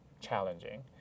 challenging